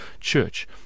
Church